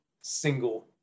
single